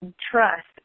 trust